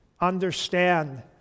understand